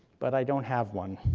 but i don't have one,